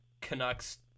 canucks